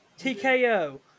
TKO